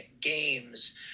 games